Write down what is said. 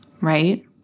right